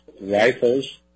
rifles